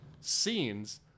scenes